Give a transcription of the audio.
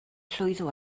llwyddo